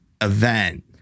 event